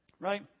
Right